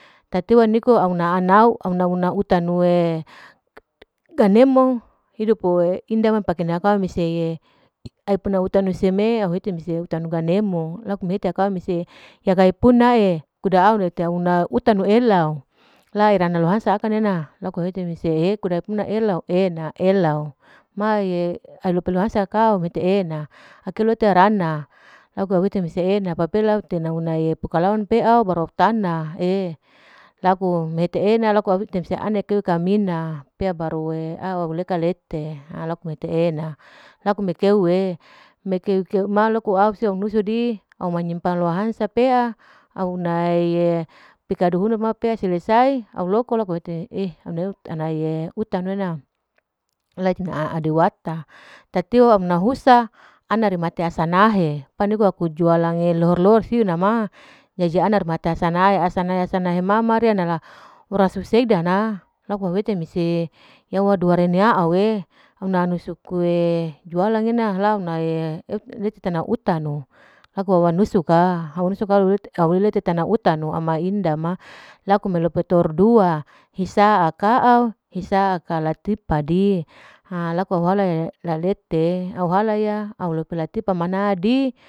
Ite a kukis e, ite a kasbi, ite a ianu tarus e, ite a gabeng e nenala ite loko laku kamu-kamu gabeng ma, kamu-kamu pea laku au hete musi pahia adipito itenaun seme keduke laku matete yamaena kayrukuala e, ayruku kasbina laku ina nu ma, laku tarasi laku aripapinyo, aripi tolunu, apu ina tarasi, laku apeune laku iteanariae, laku iyatatunuta, iya sasukuta, niwedu sinari laku dupia palata laku amiaa, amia pea laku undana mete magaribu pea ina isya pea e, jam tujuh ma aneu lohaha laku aueu tana mana umpang hidie kulkas au nauhukumana aera, mana ala laku mana ianu auna hukumana weudu, auna kukopi ha laku aulo pea niko tasme laku mete ala salem anai laku aloko saleh laku mateunehe, mateunehe laku mateunehe aniunehe aneu lohaha laku eteena, lohaha pea laku amiama pea laku au manyimpang taneo hunuri awete mese naka ewri subue auna hukuri ma pea laku aulo pikadu hunuri auseka kamar mandi la auku musuri barsih.